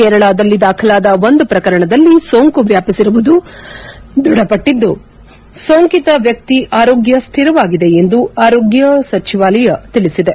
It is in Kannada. ಕೇರಳದಲ್ಲಿ ದಾಖಲಾದ ಒಂದು ಪ್ರಕರಣದಲ್ಲಿ ಸೋಂಕು ವ್ಯಾಪಿಸಿರುವುದು ದೃಢಪಟ್ಟಿದ್ದು ಸೋಂಕಿತ ವ್ಯಕ್ತಿ ಆರೋಗ್ಯ ಸ್ಥಿರವಾಗಿದೆ ಎಂದು ಕೇಂದ್ರ ಆರೋಗ್ಯ ಸಚಿವಾಲಯ ತಿಳಿಸಿದೆ